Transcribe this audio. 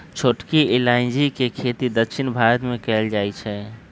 छोटकी इलाइजी के खेती दक्षिण भारत मे कएल जाए छै